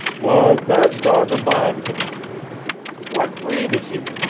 why, that dawg of mine c'n what breed is he?